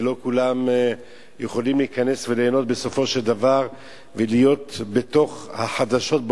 ולא כולם יכולים להיכנס וליהנות בסופו של דבר ולהיות בתוך החדשות.